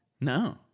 No